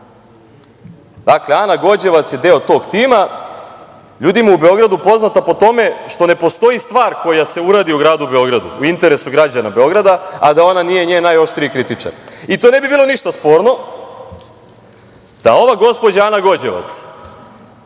Dakle, Ana Gođevac je deo tog tima, ljudima u Beogradu poznata po tome što ne postoji stvar koja se uradi u gradu Beogradu u interesu građana Beograda, a da ona nije njen najoštriji kritičar. I to ne bi bilo ništa sporno da ova gospođa Ana Gođevac